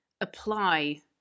apply